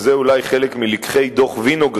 וזה אולי חלק מלקחי דוח-וינוגרד,